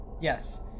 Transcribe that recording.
Yes